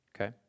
Okay